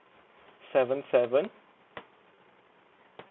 seven seven